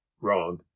wrong